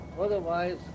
Otherwise